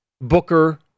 Booker